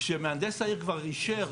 כשמהנדס העיר כבר אישר,